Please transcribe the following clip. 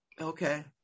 Okay